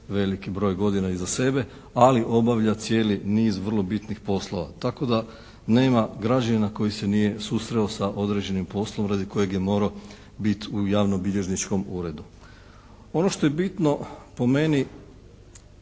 veliki broj godina iza sebe ali obavlja cijeli niz vrlo bitnih poslova. Tako da nema građanina koji se nije susreo sa određenim poslom radi kojeg je morao biti u javnobilježničkom uredu. Ono što je bitno po meni